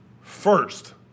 first